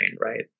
right